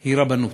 היא רבנות.